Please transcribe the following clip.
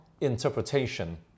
interpretation